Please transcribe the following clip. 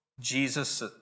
Jesus